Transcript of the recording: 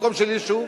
מקום של יישוב.